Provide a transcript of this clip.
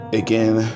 again